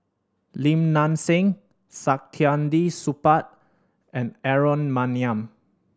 Lim Nang Seng Saktiandi Supaat and Aaron Maniam